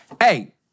Hey